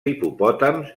hipopòtams